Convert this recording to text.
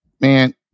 man